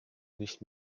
nicht